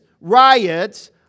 riots